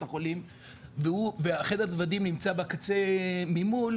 החולים וחדר הדוודים נמצא בקצה ממול,